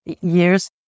years